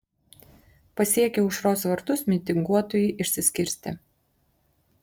pasiekę aušros vartus mitinguotojai išsiskirstė